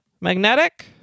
magnetic